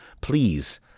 Please